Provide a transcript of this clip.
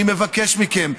אני מבקש מכם: